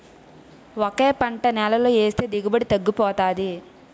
ఒకే పంట ఒకే నేలలో ఏస్తే దిగుబడి తగ్గిపోతాది